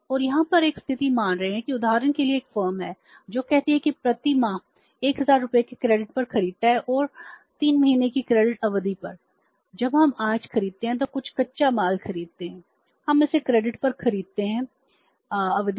और यहां हम एक स्थिति मान रहे हैं कि उदाहरण के लिए एक फर्म है जो कहती है कि प्रति माह 1000 रुपये के क्रेडिट पर खरीदता है और 3 महीने की क्रेडिट अवधि पर जब हम आज खरीदते हैं तो कुछ कच्चा माल खरीदते हैं हम इसे क्रेडिट पर खरीदते हैं अवधि